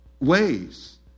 ways